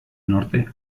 norte